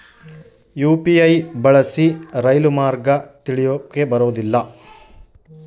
UPI ಬಳಸಿ ರೈಲು ಮಾರ್ಗ ತಿಳೇಬೋದ?